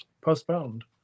postponed